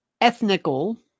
ethnical